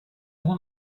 want